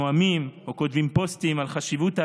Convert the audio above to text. נואמים או כותבים פוסטים על חשיבות העלייה,